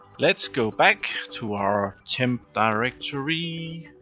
let's go back to our temp directory